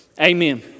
Amen